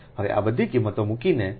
હવે આ બધી કિંમતો મૂકો તમને 7